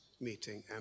meeting